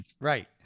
Right